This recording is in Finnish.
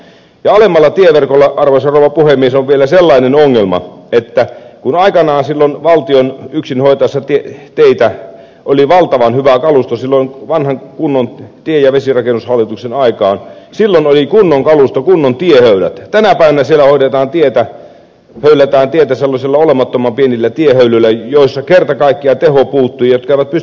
ja alemmalla tieverkolla arvoisa rouva puhemies on vielä sellainen ongelma että kun aikanaan valtion yksin hoitaessa teitä oli valtavan hyvä kalusto silloin vanhan kunnon tie ja vesirakennushallituksen aikaan silloin oli kunnon kalusto kunnon tiehöylät tänä päivänä siellä höylätään tietä sellaisilla olemattoman pienillä tiehöylillä joista kerta kaikkiaan teho puuttuu ja jotka eivät pysty muotoilemaan sitä tierunkoa